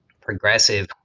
progressive